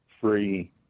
free